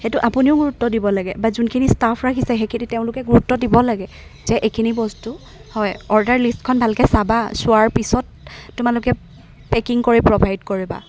সেইটো আপুনিও গুৰুত্ব দিব লাগে বা যোনখিনি ষ্টাফ ৰাখিছে সেইখিনি তেওঁলোকে গুৰুত্ব দিব লাগে যে এইখিনি বস্তু হয় অৰ্ডাৰ লিষ্টখন ভালকৈ চাবা চোৱাৰ পিছত তোমালোকে পেকিং কৰি প্ৰভাইড কৰিবা